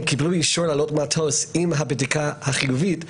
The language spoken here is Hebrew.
הם קיבלו אישור לעלות למטוס עם הבדיקה החיובית,